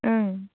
ओं